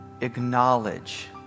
acknowledge